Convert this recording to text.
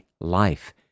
Life